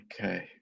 Okay